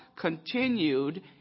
continued